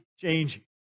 changing